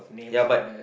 ya but